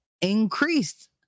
increased